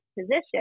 position